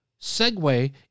segue